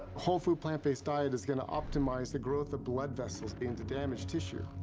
whole food, plant-based diet is gonna optimize the growth of blood vessels into damaged tissue,